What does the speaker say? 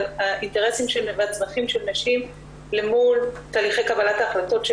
על האינטרסים והצרכים של נשים למול תהליכי קבלת ההחלטות של